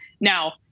Now